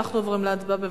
אנחנו עוברים להצבעה.